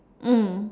mm